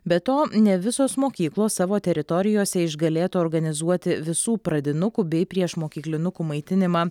be to ne visos mokyklos savo teritorijose išgalėtų organizuoti visų pradinukų bei priešmokyklinukų maitinimą